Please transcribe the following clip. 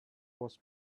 was